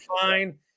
fine